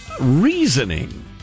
reasoning